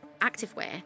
activewear